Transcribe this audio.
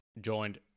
joined